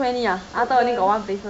woodlands